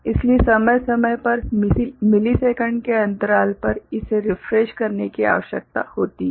इसलिए समय समय पर मिलीसेकंड के अंतराल पर इसे रिफ्रेश करने की आवश्यकता होती है